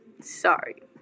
Sorry